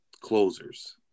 closers